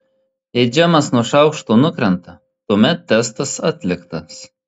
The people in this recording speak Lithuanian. jei džemas nuo šaukšto nukrenta tuomet testas atliktas